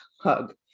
hug